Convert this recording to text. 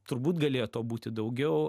turbūt galėjo to būti daugiau